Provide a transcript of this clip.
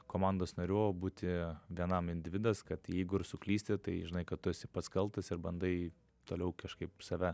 komandos narių o būti vienam individas kad jeigu ir suklysti tai žinai kad tu esi pats kaltas ir bandai toliau kažkaip save